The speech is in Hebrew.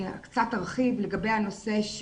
אני קצת ארחיב לגבי הנושא,